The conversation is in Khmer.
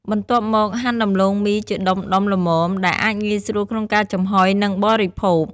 បន្ទាប់មក ហាន់ដំឡូងមីជាដុំៗល្មម ដែលអាចងាយស្រួលក្នុងការចំហុយ និងបរិភោគ។